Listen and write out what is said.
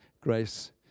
grace